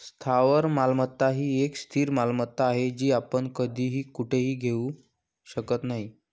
स्थावर मालमत्ता ही एक स्थिर मालमत्ता आहे, जी आपण कधीही कुठेही घेऊ शकत नाही